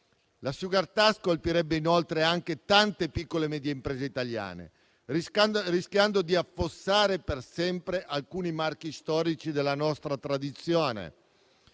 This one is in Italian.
La *sugar tax* colpirebbe inoltre anche tante piccole e medie imprese italiane, rischiando di affossare per sempre alcuni marchi storici della nostra tradizione;